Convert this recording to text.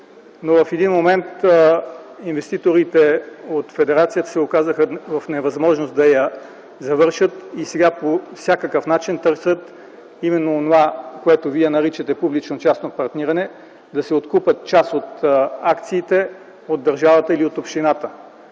В един момент обаче инвеститорите от федерацията се оказаха в невъзможност да я завършат. Сега по всякакъв начин търсят онова, което вие наричате публично-частно партниране, да откупят част от акциите от държавата или от общината.